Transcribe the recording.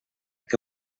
que